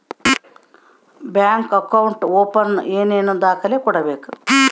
Bank account open ಏನೇನು ದಾಖಲೆ ಕೊಡಬೇಕು?